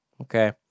Okay